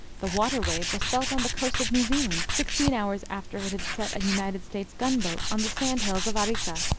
the water-wave was felt on the coast of new zealand sixteen hours after it had set a united states gunboat, on the sand-hills of arica.